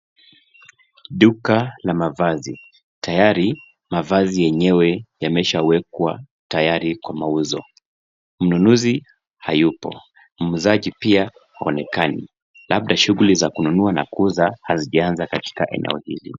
Duka la mavazi, tayari mavazi yenyewe yameshawekwa tayari kwa mauzo. Mnunuzi hayupo, muuzaji pia haonekani, labda shughili za kununua na kuuza hazijaanza katika eneo hili.